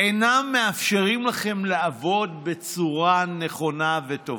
אינן מאפשרות לכם לעבוד בצורה נכונה וטובה,